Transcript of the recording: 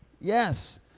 Yes